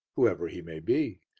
whoever he may be,